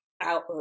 out